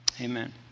Amen